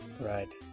Right